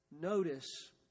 Notice